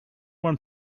one